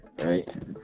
right